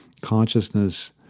consciousness